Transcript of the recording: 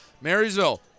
Marysville